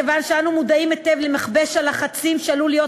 כיוון שאנו מודעים היטב למכבש הלחצים שעלול להיות